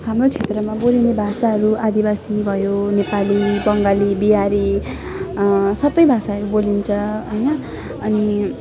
हाम्रो क्षेत्रमा बोलिने भाषाहरू आदिवासी भयो नेपाली बङ्गाली बिहारी सबै भाषाहरू बोलिन्छ होइन अनि